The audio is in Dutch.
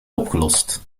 opgelost